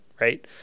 Right